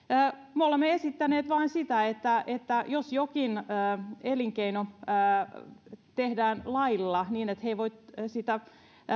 me olemme esittäneet vain sitä että että jos jokin elinkeino estetään lailla niin että he eivät voi sitä